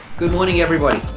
good morning everybody.